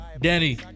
Danny